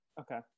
Okay